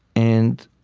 and